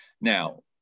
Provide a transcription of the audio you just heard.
Now